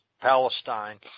Palestine